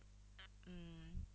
hmm